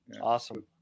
awesome